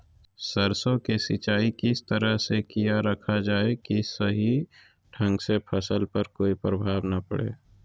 सरसों के सिंचाई किस तरह से किया रखा जाए कि सही ढंग से फसल पर कोई प्रभाव नहीं पड़े?